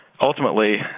Ultimately